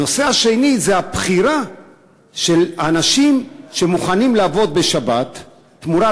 הנושא השני הוא הבחירה של אנשים שמוכנים לעבוד בשבת תמורת